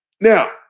Now